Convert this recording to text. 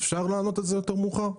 אפשר לענות על זה יותר מאוחר?